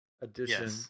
edition